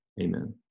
amen